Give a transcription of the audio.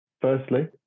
Firstly